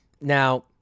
Now